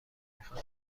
میخواد